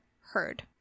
heard